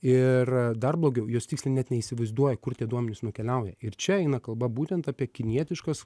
ir dar blogiau jos tiksliai net neįsivaizduoja kur tie duomenys nukeliauja ir čia eina kalba būtent apie kinietiškas